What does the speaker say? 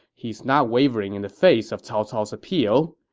he's not wavering in the face of cao cao's appeal.